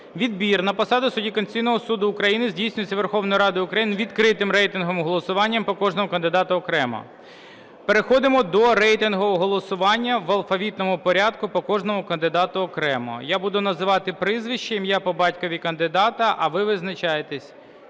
відбір на посаду судді Конституційного Суду України здійснюється Верховною Радою України відкритим рейтинговим голосуванням по кожному кандидату окремо. Переходимо до рейтингового голосування в алфавітному порядку по кожному кандидату окремо. Я буду називати прізвище ім'я по батькові, а ви визначайтеся,